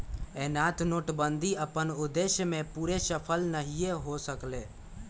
एना तऽ नोटबन्दि अप्पन उद्देश्य में पूरे सूफल नहीए हो सकलै